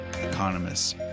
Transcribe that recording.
economists